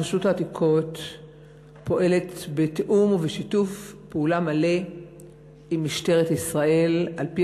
שרשות העתיקות פועלת בתיאום ובשיתוף פעולה מלא עם משטרת ישראל על-פי